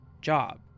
job